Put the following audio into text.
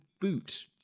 boot